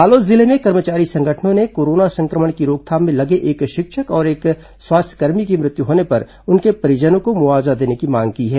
बालोद जिले में कर्मचारी संगठनों ने कोरोना संक्रमण की रोकथाम में लगे एक शिक्षक और एक स्वास्थ्यकर्मी की मृत्यु होने पर उनके परिजनों को मुआवजा देने की मांग की है